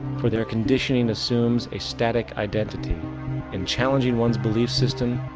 for their conditioning assumes a static identity and challenging ones belief system,